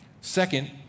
Second